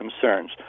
concerns